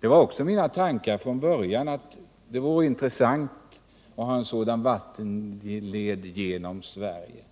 Det var även från början min tanke att det vore intressant att ha en sådan vattenled genom Sverige.